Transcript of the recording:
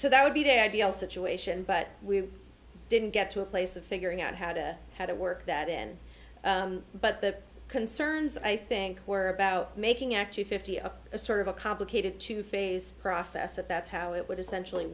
so that would be the ideal situation but we didn't get to a place of figuring out how to how to work that in but the concerns i think were about making actually fifty of a sort of a complicated two phase process that that's how it would essentially